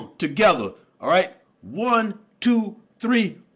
together. all right. one, two, three,